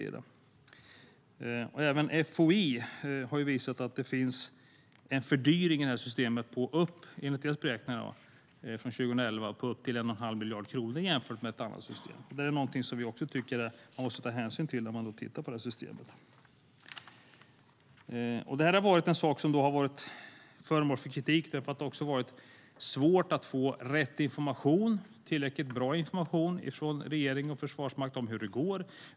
Enligt FOI:s beräkningar från 2011 finns det en fördyring av systemet med upp till 1 1⁄2 miljard kronor jämfört med ett annat system. Det är något som vi tycker att man måste ta hänsyn till när man tittar på systemet. Systemet har varit föremål för kritik eftersom det har varit svårt att få rätt information och tillräckligt bra information från regeringen och Försvarsmakten om hur det går.